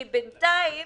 כי בינתיים